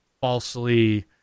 falsely